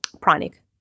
pranic